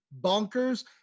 bonkers